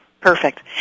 Perfect